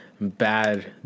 bad